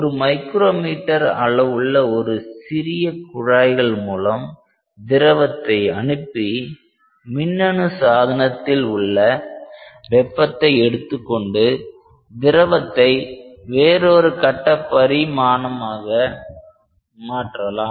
ஒரு micrometre அளவுள்ள சிறிய குழாய்கள் மூலம் திரவத்தை அனுப்பி மின்னனு சாதனத்தில் உள்ள வெப்பத்தை எடுத்துக்கொண்டு திரவத்தை வேறொரு கட்ட பரிமாணமாக மாற்றலாம்